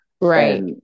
Right